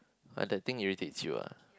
the thing irritates you ah